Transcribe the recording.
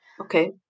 okay